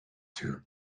too